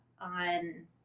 on